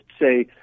say